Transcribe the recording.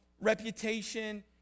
reputation